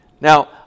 Now